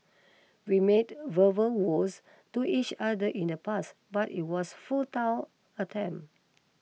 we made verbal vows to each other in the pass but it was futile attempt